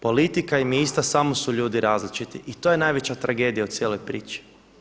Politika im je ista samo su ljudi različiti i to je najveća tragedija u cijeloj priči.